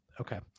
Okay